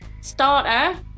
Starter